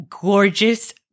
gorgeous